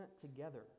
together